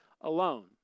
alone